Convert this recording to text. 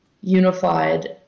unified